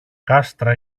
κάστρα